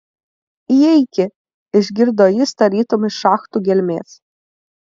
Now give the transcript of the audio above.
įeiki išgirdo jis tarytum iš šachtų gelmės